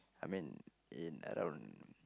I mean in around